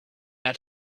out